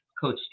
coach